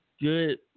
good